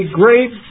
great